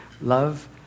Love